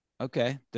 Okay